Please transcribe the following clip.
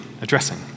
addressing